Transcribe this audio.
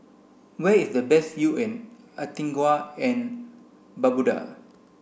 where is the best view in Antigua and Barbuda